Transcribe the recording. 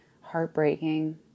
heartbreaking